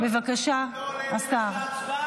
בבקשה, השר.